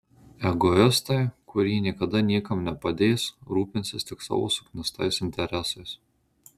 egoistai kurie niekada niekam nepadės rūpinsis tik savo suknistais interesais